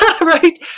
Right